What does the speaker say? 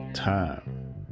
time